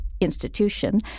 institution